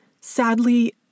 Sadly